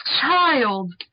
child